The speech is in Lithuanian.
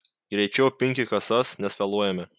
greičiau pinki kasas nes vėluojame